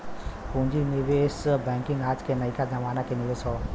पूँजी निवेश बैंकिंग आज के नयका जमाना क निवेश हौ